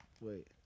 Wait